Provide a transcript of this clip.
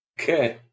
Okay